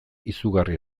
izugarri